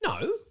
no